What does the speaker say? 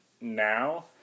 now